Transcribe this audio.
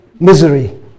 misery